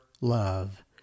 love